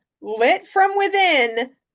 lit-from-within